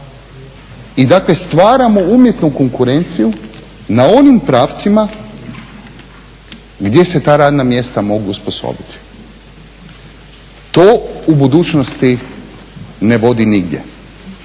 I dakle, stvaramo umjetnu konkurenciju na onim pravcima gdje se ta radna mjesta mogu osposobiti. To u budućnosti ne vodi nigdje.